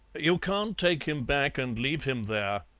you can't take him back and leave him there,